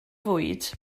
fwyd